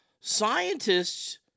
Scientists